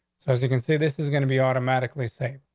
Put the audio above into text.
so, as you can see, this is gonna be automatically safe.